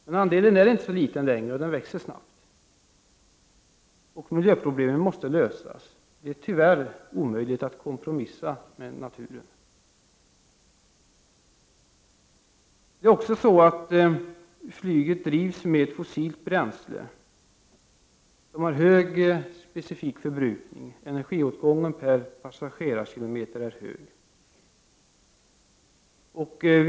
Men andeln är inte längre så liten, och den växer snabbt. Miljöproblemen måste lösas. Det är tyvärr omöjligt att kompromissa med naturen. Det är också så att flyget drivs med fossilt bränsle. Det har hög specifik energiförbrukning, och energiåtgången per passagerarkilometer är hög.